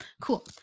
cool